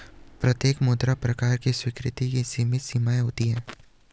प्रत्येक मुद्रा प्रकार की स्वीकृति की सीमित सीमाएँ होती हैं